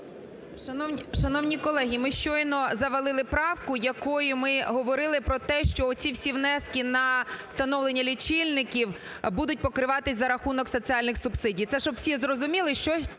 Шановні колеги, ми щойно завалили правку, якою ми говорили про те, що оці всі внески на встановлення лічильників будуть покриватися за рахунок соціальних субсидій, це щоб всі зрозуміли, що